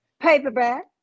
Paperback